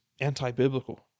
anti-biblical